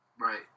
right